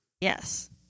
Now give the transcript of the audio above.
Yes